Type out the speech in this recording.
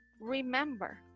Remember